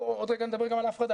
עוד רגע אני אדבר גם על ההפרדה.